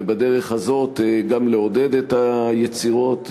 ובדרך הזאת גם לעודד את היצירות,